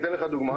לדוגמה,